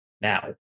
now